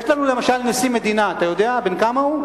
יש לנו למשל נשיא מדינה, אתה יודע בן כמה הוא?